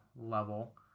level